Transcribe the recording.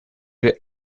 j’ai